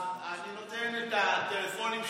אני נותן את הטלפונים של,